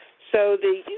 so, the